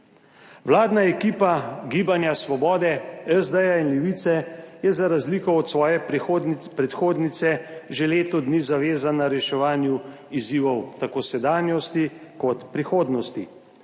Vladna ekipa Gibanja Svoboda, SD in Levice je za razliko od svoje prihodnje predhodnice že leto dni zavezana reševanju izzivov tako sedanjosti kot prihodnosti.